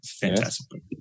Fantastic